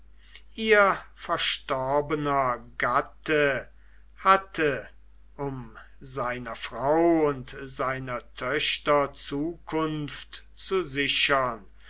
ihr verstorbener gatte hatte um seiner frau und seiner töchter zukunft zu sichern